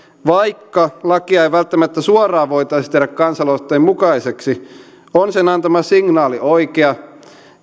vaikka lakia ei välttämättä suoraan voitaisi tehdä kansalaisaloitteen mukaiseksi on sen antama signaali oikea